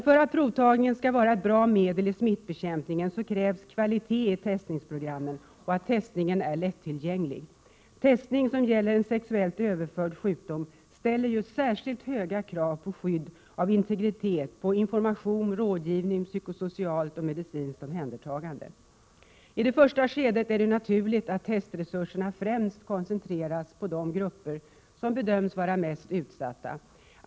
För att provtagningen skall vara ett bra medel i smittbekämpningen krävs kvalitet i testningsprogrammen och att testningen är lättillgänglig. Testning som gäller en sexuellt överförd sjukdom ställer särskilt höga krav på skydd av den enskildes integritet, information, rådgivning samt psykosocialt och medicinskt omhändertagande. I det första skedet är det naturligt att testresurserna främst koncentreras på de grupper som bedöms vara mest utsatta.